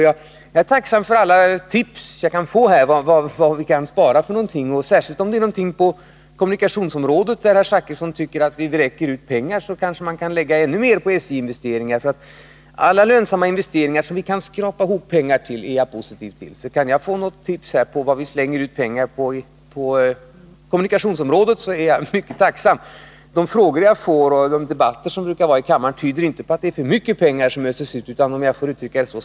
Jag är tacksam för alla tips som man kan få när det gäller att spara, särskilt då det gäller kommunikationsområdet. Tycker herr Zachrisson att vi vräker ut pengar, kan vi kanske göra ännu större SJ-investeringar. Alla lönsamma investeringar som vi kan skrapa ihop pengar till är jag positivt inställd till. Kan jag få något tips om pengar som vi slänger ut i onödan på kommunikationsområdet är jag mycket tacksam. De frågor som jag får och .debatterna i kammaren tyder inte på att det öses ut för mycket pengar.